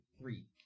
Three